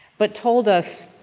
but told us,